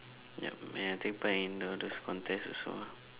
yup and I take part in all those contest also